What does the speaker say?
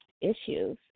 issues